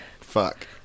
Fuck